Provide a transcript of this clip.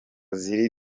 z’iri